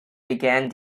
began